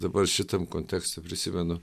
dabar šitam kontekste prisimenu